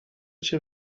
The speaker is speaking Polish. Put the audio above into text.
cię